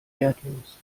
wertlos